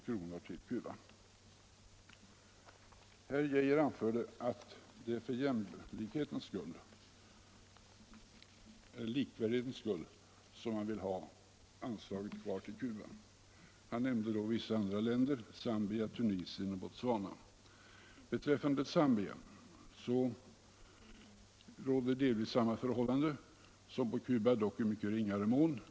Herr Arne Geijer anförde att det är för likvärdighetens skull som man vill ha anslaget till Cuba kvar. Han nämnde då vissa andra länder —- Zambia, Tunisien och Botswana. Beträffande Zambia råder delvis samma förhållanden som beträffande Cuba, dock i mycket ringare mån.